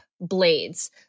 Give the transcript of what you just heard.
blades